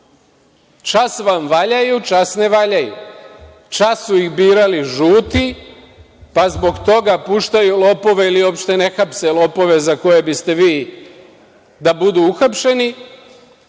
Čas vam valjaju, čas ne valjaju. Čas su ih birali žuti, pa zbog toga puštaju lopove ili uopšte ne hapse lopove za koje biste vi da budu uhapšeni,